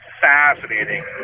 fascinating